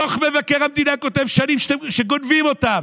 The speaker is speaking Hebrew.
דוח מבקר המדינה כותב שנים שגונבים אותם.